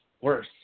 Worse